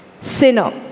sinner